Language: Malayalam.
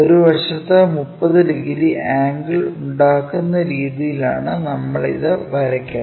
ഒരു വശത്ത് 30 ഡിഗ്രി ആംഗിൾ ഉണ്ടാകുന്ന രീതിയിലാണ് നമ്മൾ ഇത് വരയ്ക്കുന്നത്